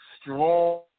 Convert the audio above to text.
strong